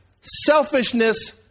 Selfishness